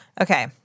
okay